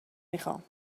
میخام